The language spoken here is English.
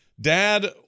dad